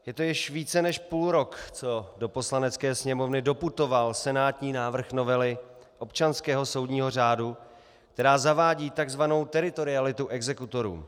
Je to již více než půlrok, co do Poslanecké sněmovny doputoval senátní návrh novely občanského soudního řádu, která zavádí takzvanou teritorialitu exekutorů.